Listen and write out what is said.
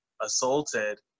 assaulted